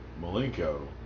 Malenko